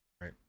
Right